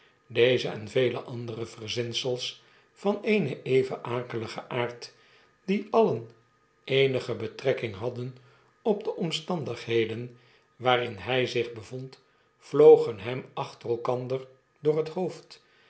deze en vele andere verzinsels van eenen even akeligen aard die alien eenige betrekking hadden op de omstandigheden waarin hij zich bevond vlogen hem achter elkander door het hoofd